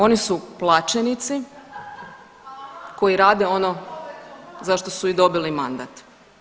Oni su plaćenici koji rade ono zašto su i dobili mandat.